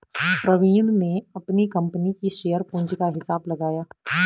प्रवीण ने अपनी कंपनी की शेयर पूंजी का हिसाब लगाया